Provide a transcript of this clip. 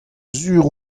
sur